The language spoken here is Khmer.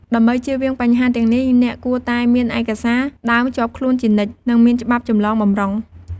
ដើម្បីចៀសវាងបញ្ហាទាំងនេះ អ្នកគួរតែ មានឯកសារដើមជាប់ខ្លួនជានិច្ច និងមានច្បាប់ចម្លងបម្រុង។